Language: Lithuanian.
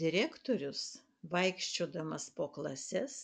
direktorius vaikščiodamas po klases